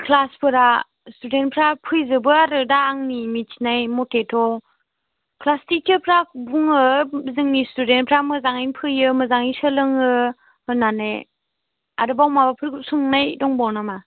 क्लासफोरा स्टुदेन्टफ्रा फैजोबा आरो दा आंनि मोनथिनाय मथेथ' क्लास टिचोरफ्रा बुङो जोंनि स्टुदेन्टफ्रा मोजाङैनो फैयो मोजाङैनो सोलोङो होननानै आरोबाव माबाफोर सोंनाय दंबावो नामा